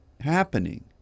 happening